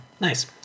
Nice